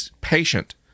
patient